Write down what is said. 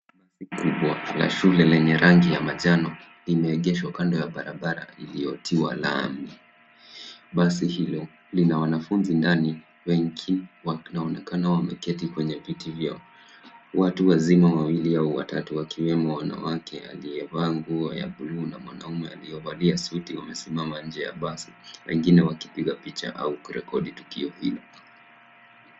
Basi kubwa la shule lenye rangi ya manjano limeegeshwa kando ya barabara iliyotiwa lami. Basi hilo lina wanafunzi ndani, wengi wanaonekana wameketi kwenye viti vyao. Watu wazima wawili au watatu wakiwemo mwanamke aliyevaa nguo ya bluu na mwanaume alivalia suti wamesimama nje ya basi wengine wakipiga picha au kurekodi tukio hilo.